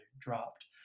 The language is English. dropped